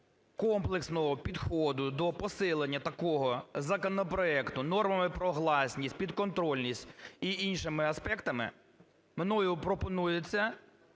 комплексного підходу, до посилення такого законопроекту нормами про гласність, підконтрольність і іншими аспектами мною пропонується